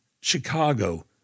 Chicago